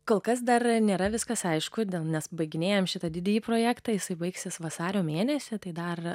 kol kas dar nėra viskas aišku dėl nes baiginėjame šitą didįjį projektą jisai baigsis vasario mėnesį tai dar